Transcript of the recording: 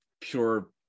pure